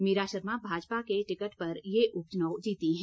मीरा शर्मा भाजपा के टिकट पर ये उपचुनाव जीती हैं